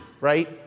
right